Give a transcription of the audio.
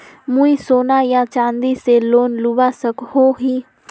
मुई सोना या चाँदी से लोन लुबा सकोहो ही?